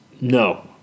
No